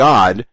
God